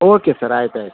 okay sir ಆಯ್ತು ಆಯಿತು